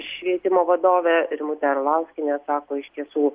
švietimo vadovė rimutė arlauskienė sako iš tiesų